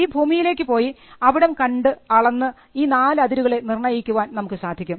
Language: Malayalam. ഈ ഭൂമിയിലേക്ക് പോയി അവിടം കണ്ടു അളന്ന് ഈ നാല് അതിരുകളെ നിർണയിക്കുവാൻ നമുക്ക് സാധിക്കും